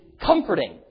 comforting